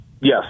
Yes